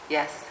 Yes